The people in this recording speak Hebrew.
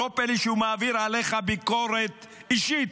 לא פלא שהוא מעביר עליך ביקורת אישית,